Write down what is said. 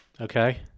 Okay